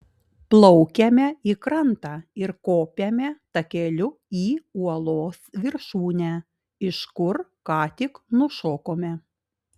plaukiame į krantą ir kopiame takeliu į uolos viršūnę iš kur ką tik nušokome